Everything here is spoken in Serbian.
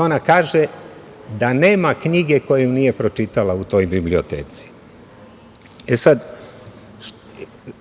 Ona kaže da nema knjige koju nije pročitala u toj biblioteci.